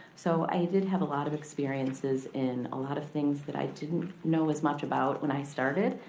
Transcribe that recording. so i did have a lot of experiences in a lot of things that i didn't know as much about when i started.